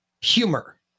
humor